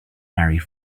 married